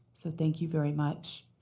so thank you very much.